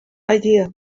idea